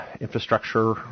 infrastructure